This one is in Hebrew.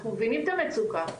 אנחנו מבינים את המצוקה,